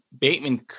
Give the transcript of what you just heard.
Bateman